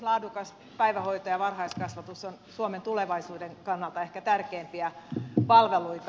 laadukas päivähoito ja varhaiskasvatus on suomen tulevaisuuden kannalta ehkä tärkeimpiä palveluita